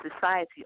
society